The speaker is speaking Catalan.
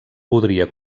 podria